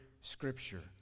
Scripture